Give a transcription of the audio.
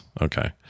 Okay